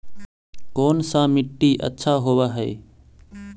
कोन सा मिट्टी अच्छा होबहय?